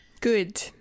Good